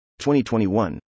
2021